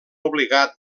obligat